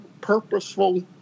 purposeful